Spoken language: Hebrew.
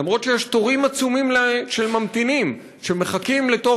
אף שיש תורים עצומים של ממתינים שמחכים לתור